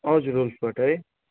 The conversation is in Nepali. हजुर वुल्फ कट है